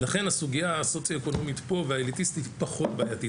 ולכן הסוגייה הסוציו-אקונומית והאליטיסטית פה היא פחות בעייתית.